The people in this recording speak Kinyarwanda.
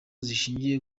zishingiye